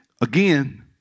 again